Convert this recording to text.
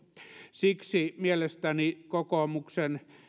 siksi mielestäni kokoomuksen